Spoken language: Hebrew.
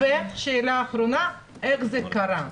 ושאלה אחרונה, איך זה קרה?